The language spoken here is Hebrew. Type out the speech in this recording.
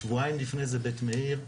שבועיים לפני זה בית מאיר,